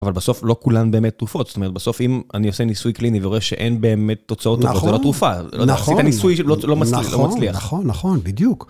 אבל בסוף לא כולן באמת תרופות, זאת אומרת בסוף אם אני עושה ניסוי קליני ורואה שאין באמת תוצאות טובות, זו לא תרופה, זה לא ניסוי שלא מצליח. נכון, נכון, בדיוק.